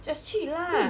just 去 lah